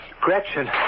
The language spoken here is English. Gretchen